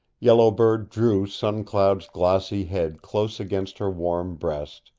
yellow bird drew sun cloud's glossy head close against her warm breast,